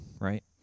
right